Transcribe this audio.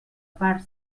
part